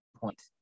point